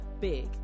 big